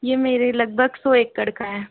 ये मेरे लगभग सो एकड़ का है